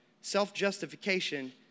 self-justification